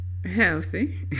Healthy